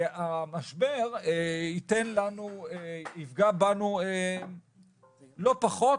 המשבר יפגע בנו לא פחות,